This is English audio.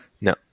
No